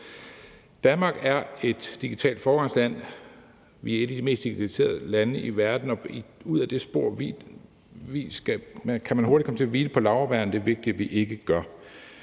Danmark er et digitalt foregangsland. Vi er et af de mest digitaliserede lande i verden. Ud ad det spor kan man hurtigt komme til at hvile på laurbærrene, og det er vigtigt, at vi ikke gør